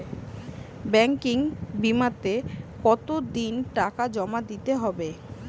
Banking বিমাতে কত দিন টাকা জমা দিতে হয়?